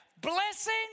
blessing